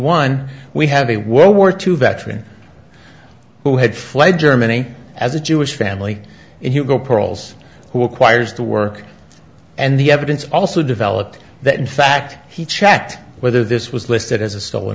one we have a world war two veteran who had fled germany as a jewish family in hugo pearls who acquires the work and the evidence also developed that in fact he checked whether this was listed as a stol